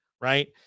right